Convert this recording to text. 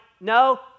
No